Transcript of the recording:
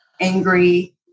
angry